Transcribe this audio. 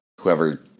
whoever